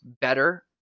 better